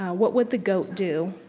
what would the goat do?